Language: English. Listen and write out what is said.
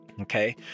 Okay